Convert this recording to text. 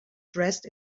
dressed